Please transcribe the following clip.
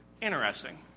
Interesting